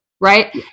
Right